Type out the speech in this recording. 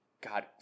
God